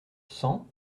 cent